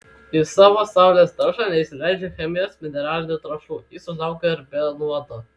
į savo saulės daržą neįsileidžiu chemijos mineralinių trąšų jis užauga ir be nuodo